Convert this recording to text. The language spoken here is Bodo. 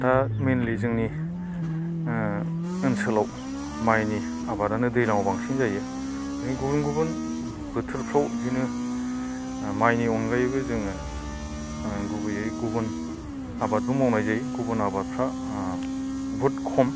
दा मेइनलि जोंनि ओनसोलाव माइनि आबादानो दैज्लांआव बांसिन जायो गुबुन गुबुन बोथोरफ्राव बिदिनो ओ माइनि अनगायैबो जोङो गुबैयै गुबुन आबादबो मावनाय जायो गुबै आबादफ्रा बहुद खम